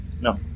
No